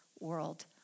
world